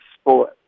sport